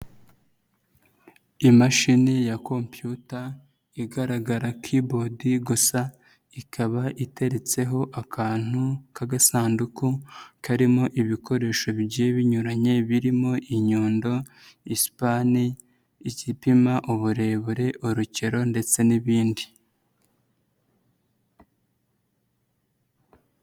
Imashini ya komputa igaragara kibodi gusa ikaba iteretseho akantu k'agasanduku karimo ibikoresho binyuranye birimo inyundo, isupane, igipima uburebure, urukero ndetse n'ibindi.